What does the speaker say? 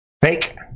Fake